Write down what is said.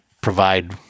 provide